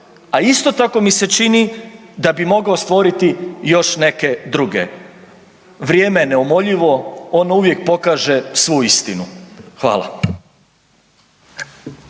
a isto tako mi se čini da bi mogao stvoriti još neke druge. Vrijeme je neumoljivo, on uvijek pokaže svu istinu. Hvala.